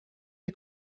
die